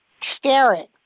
staring